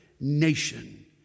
nation